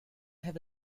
have